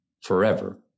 forever